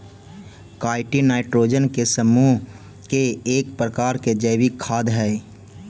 chitin nitrogen के समूह के एक प्रकार के जैविक खाद हई